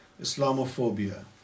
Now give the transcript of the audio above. Islamophobia